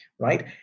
right